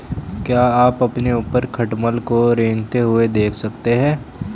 क्या आप अपने ऊपर खटमल को रेंगते हुए देख सकते हैं?